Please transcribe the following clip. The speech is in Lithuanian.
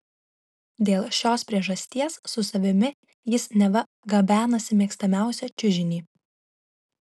dėl šios priežasties su savimi jis neva gabenasi mėgstamiausią čiužinį